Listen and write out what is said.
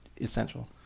essential